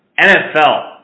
NFL